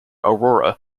aurora